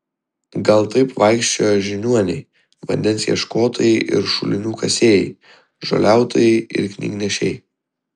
gal taip vaikščiojo žiniuoniai vandens ieškotojai ir šulinių kasėjai žoliautojai ir knygnešiai